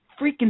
freaking